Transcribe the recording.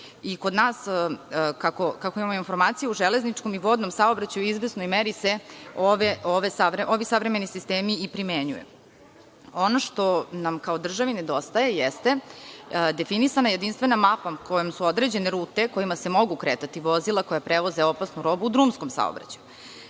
Kod nas, kako imamo informaciju, u železničkom i vodnom saobraćaju u izvesnoj meri se ovi savremeni sistemi i primenjuju. Ono što nam kao državi nedostaje jeste definisana jedinstvena mapa kojom su određene rute kojima se mogu kretati vozila koja prevoze opasnu robu u drumskom saobraćaju.